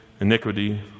iniquity